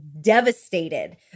devastated